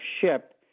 ship